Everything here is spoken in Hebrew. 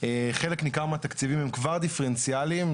חלק ניכר מהתקציבים הם כבר דיפרנציאלים,